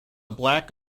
black